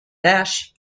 dash